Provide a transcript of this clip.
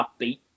upbeat